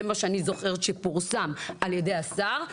זה מה שאני זוכרת שפורסם על ידי השר.